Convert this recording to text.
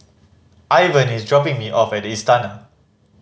Ivan is dropping me off at Istana